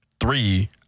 Three